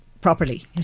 properly